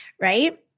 right